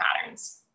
patterns